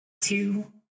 two